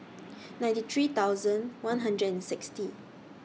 ninety three thousand one hundred and sixty